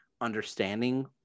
understanding